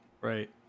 Right